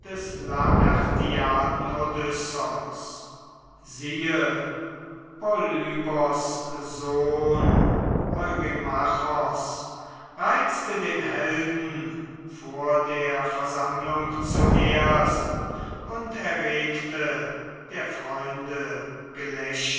siehe polybos sohn eurymachos reizte den helden vor der versammlung zuerst und erregte der freunde